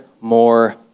more